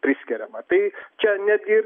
priskiriama tai čia netgi